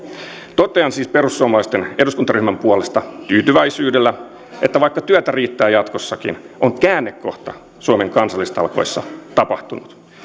totean siis perussuomalaisten eduskuntaryhmän puolesta tyytyväisyydellä että vaikka työtä riittää jatkossakin on käännekohta suomen kansallistalkoissa tapahtunut